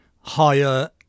higher